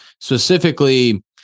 specifically